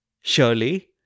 Surely